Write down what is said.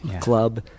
club